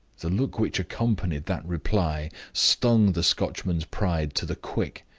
the look which accompanied that reply stung the scotchman's pride to the quick.